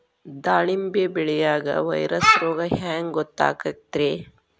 ದಾಳಿಂಬಿ ಬೆಳಿಯಾಗ ವೈರಸ್ ರೋಗ ಹ್ಯಾಂಗ ಗೊತ್ತಾಕ್ಕತ್ರೇ?